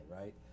right